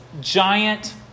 giant